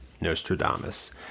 Nostradamus